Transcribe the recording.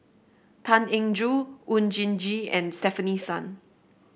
Tan Eng Joo Oon Jin Gee and Stefanie Sun